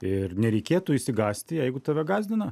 ir nereikėtų išsigąsti jeigu tave gąsdina